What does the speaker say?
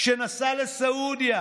כשנסע לסעודיה,